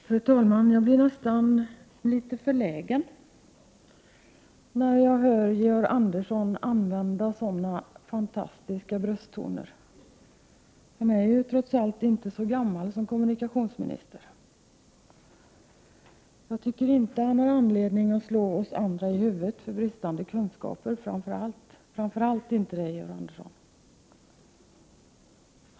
Fru talman! Jag blir nästan litet förlägen när jag hör Georg Andersson använda sådana otroliga brösttoner. Han är ju trots allt inte så gammal som kommunikationsminister. Jag tycker inte att någon har anledning att slå oss i huvudet för bristande kunskaper, framför allt inte Georg Andersson.